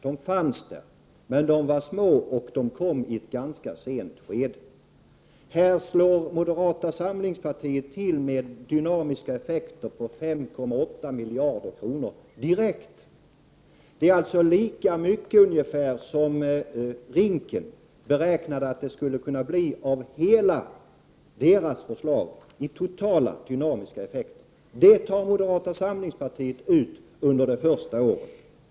De fanns där, men var små och kom i ett ganska sent skede. Här slår moderata samlingspartiet till med dynamiska effekter på 5,8 miljarder kronor direkt. Det är ungefär lika mycket som RINK beräknade att det skulle kunna bli av hela dess förslag. Det tar moderata samlingspartiet ut under första året.